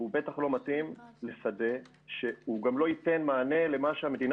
והוא בטח לא מתאים לשדה שגם לא ייתן מענה למה שהמדינה